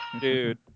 dude